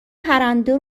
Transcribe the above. پرنده